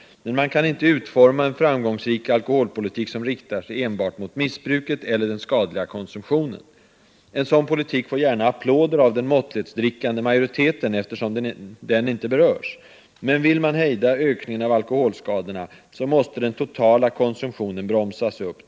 Men man kan inte utforma en framgångsrik alkoholpolitik som riktar sig enbart mot missbruket eller den skadliga konsumtionen. En sådan politik får gärna applåder av den måttlighetsdrickande majoriteten, eftersom den inte berörs. Men vill man hejda ökningen av alkoholskadorna, så måste den totala konsumtionen bromsas upp.